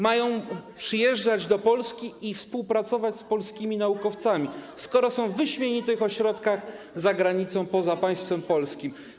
mają przyjeżdżać do Polski i współpracować z polskimi naukowcami, skoro są w wyśmienitych ośrodkach za granicą, poza państwem polskim?